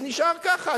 אז נשאר ככה.